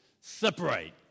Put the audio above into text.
Separate